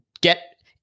get